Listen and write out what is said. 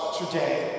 today